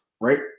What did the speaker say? right